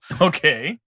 Okay